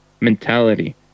mentality